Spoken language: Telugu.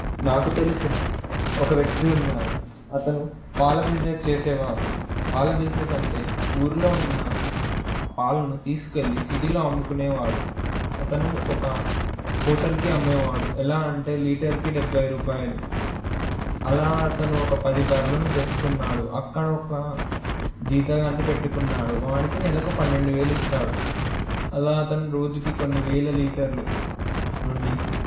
నాకు తెలిసిన ఒక వ్యక్తి ఉన్నారు అతను పాల బిజినెస్ చేసేవారు పాల బిజినెస్ అంటే ఊర్లో ఉన్న ఆ పాలను తీసుకెళ్ళి సిటీలో అమ్ముకునేవాడు అతను ఒక హోటల్కి అమ్మేవాడు ఎలా అంటే లీటర్కి డెబ్బై రూపాయలు అలా అతను ఒక పది బర్రెలను తెచ్చుకున్నాడు అక్కడ ఒక జీతగాన్ని పెట్టుకున్నాడు వాడికి నెలకు పన్నెండు వేలు ఇస్తాడు అలా అతను రోజుకి కొన్ని వేల లీటర్లు నుండి